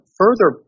further